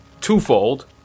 twofold